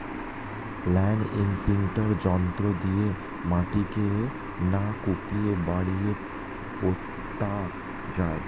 land imprinter যন্ত্র দিয়ে মাটিকে না কুপিয়ে বীজ পোতা যায়